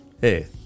Hey